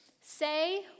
say